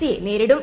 സിയെ നേരിടും